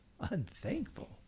unthankful